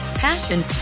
passion